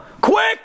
Quick